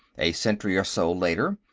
a century or so later,